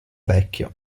vecchio